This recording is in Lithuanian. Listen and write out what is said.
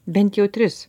bent jau tris